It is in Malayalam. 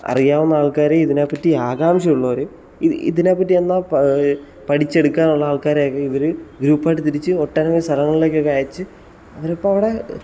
അറിയാവുന്ന ആൾക്കാരെ ഇതിനെപ്പറ്റി ആകാംഷയുള്ളവർ ഇതിനെപ്പറ്റിയെന്നാൽ പഠിച്ചെടുക്കാനുള്ള ആൾക്കാരെയൊക്കെ ഇവർ ഗ്രൂപ്പായിട്ട് തിരിച്ച് ഒട്ടനവധി സ്ഥലങ്ങളിലേക്കൊക്കെ അയച്ച് അവരിപ്പം അവിടെ